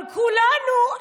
אבל כולנו,